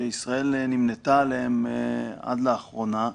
שישראל נמנתה עליהם עד לאחרונה,